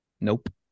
Nope